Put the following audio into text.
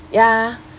ya